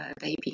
baby